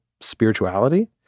spirituality